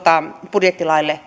budjettilaeille